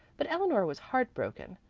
but eleanor was heart-broken,